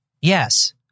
Yes